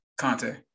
Conte